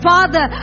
Father